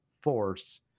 force